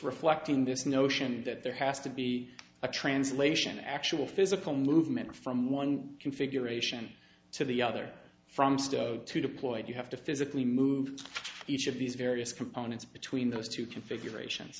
reflecting this notion that there has to be a translation actual physical movement from one configuration to the other from stow to deployed you have to physically move each of these various components between those two configurations